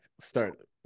start